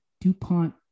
DuPont